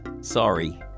Sorry